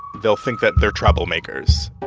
they'll think that they're troublemakers